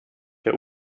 der